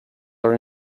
are